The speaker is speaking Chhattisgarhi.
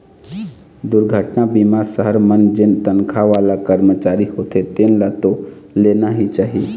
दुरघटना बीमा सहर मन जेन तनखा वाला करमचारी होथे तेन ल तो लेना ही चाही